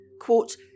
Quote